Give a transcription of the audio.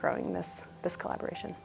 growing this this collaboration